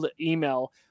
email